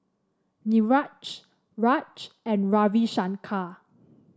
Niraj Raj and Ravi Shankar